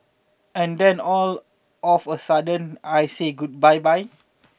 and then all of a sudden I say good bye bye